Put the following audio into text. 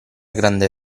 grande